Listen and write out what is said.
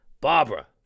Barbara